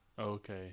Okay